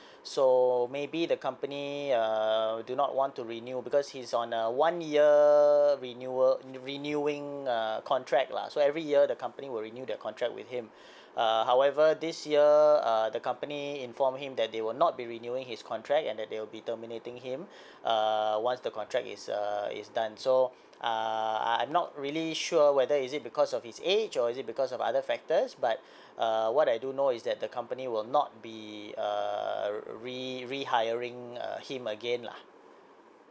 so maybe the company uh do not want to renew because he's on a one year renewal renewing uh contract lah so every year the company will renew their contract with him uh however this year uh the company inform him that they will not be renewing his contract and that they will be terminating him uh once the contract is uh is done so uh I'm not really sure whether is it because of his age or is it because of other factors but err what I do know is that the company will not be uh re rehiring uh him again lah